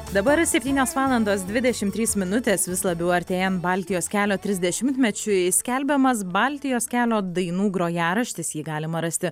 dabar septynios valandos dvidešim trys minutės vis labiau artėjam baltijos kelio trisdešimtmečiui skelbiamas baltijos kelio dainų grojaraštis jį galima rasti